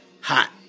hot